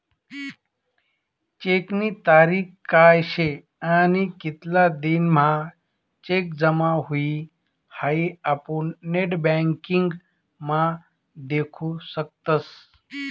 चेकनी तारीख काय शे आणि कितला दिन म्हां चेक जमा हुई हाई आपुन नेटबँकिंग म्हा देखु शकतस